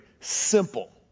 simple